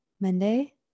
Monday